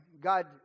God